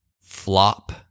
Flop